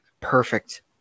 perfect